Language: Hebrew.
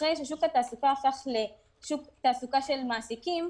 אחרי ששוק התעסוקה הפך לשוק תעסוקה של מעסיקים,